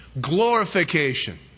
Glorification